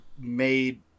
made